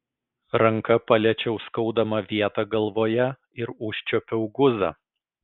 ranka paliečiau skaudamą vietą galvoje ir užčiuopiau guzą